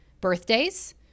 Birthdays